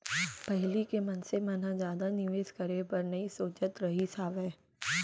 पहिली के मनसे मन ह जादा निवेस करे बर नइ सोचत रहिस हावय